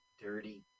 dirty